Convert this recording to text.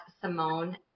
Simone